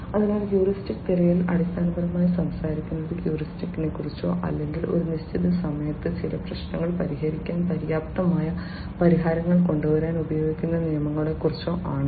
അതിനാൽ ഹ്യൂറിസ്റ്റിക് തിരയൽ അടിസ്ഥാനപരമായി സംസാരിക്കുന്നത് ഹ്യൂറിസ്റ്റിക്സിനെക്കുറിച്ചോ അല്ലെങ്കിൽ ഒരു നിശ്ചിത സമയത്ത് ചില പ്രശ്നങ്ങൾ പരിഹരിക്കാൻ പര്യാപ്തമായ പരിഹാരങ്ങൾ കൊണ്ടുവരാൻ ഉപയോഗിക്കുന്ന നിയമങ്ങളെക്കുറിച്ചോ ആണ്